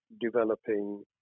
developing